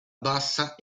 bassa